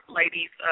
ladies